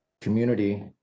community